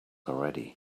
already